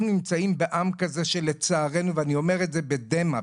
אנחנו נמצאים בעם כזה שלצערנו ואני אומר את זה בדמע,